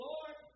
Lord